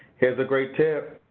here's a great tip.